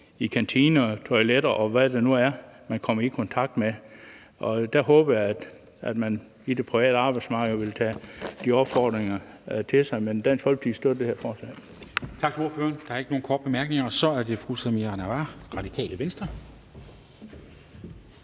i kantiner, på toiletter, og hvad det nu er, man kommer i kontakt med. Der håber jeg, at man på det private arbejdsmarked vil tage de opfordringer til sig. Dansk Folkeparti støtter det her forslag.